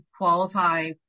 qualify